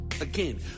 Again